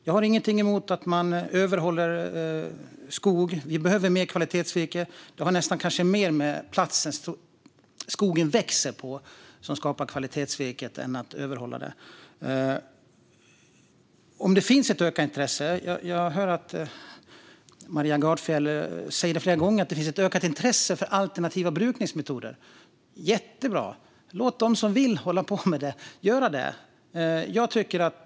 Jag har ingenting emot att man överhåller skog; vi behöver mer kvalitetsvirke. Det som skapar kvalitetsvirke är dock platsen som skogen växer på snarare än att den överhålls. Jag hörde att Maria Gardfjell flera gånger sa att det finns ett ökat intresse för alternativa brukningsmetoder. Jättebra - låt dem som vill hålla på med detta göra det!